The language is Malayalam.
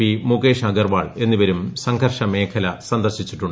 പി മുകേഷ് അഗർവാൾ എന്നിവരും സംഘർഷ മേഖല സന്ദർശിക്കുന്നുണ്ട്